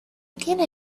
tiene